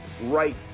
right